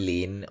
Lean